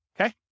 Okay